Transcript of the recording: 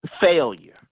failure